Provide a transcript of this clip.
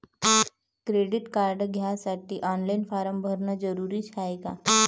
Credit card घ्यासाठी online form भरन जरुरीच हाय का?